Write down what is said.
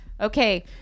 Okay